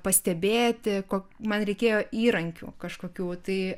pastebėti ko man reikėjo įrankių kažkokių tai